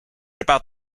about